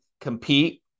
compete